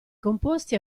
composti